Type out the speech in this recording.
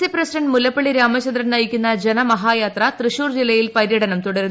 C president Mullappally Ramachandran നയിക്കുന്ന ജനമഹായാത്ര തൃശ്ശൂർ ജില്ലയിൽ പരുടനം തുടരുന്നു